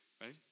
right